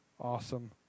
awesome